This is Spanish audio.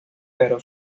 pero